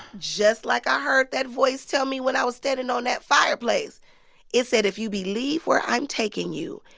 just like i heard that voice tell me when i was standing on that fireplace it said, if you believe where i'm taking you,